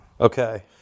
Okay